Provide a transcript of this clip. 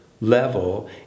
level